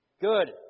good